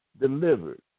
delivered